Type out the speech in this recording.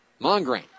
Mongrain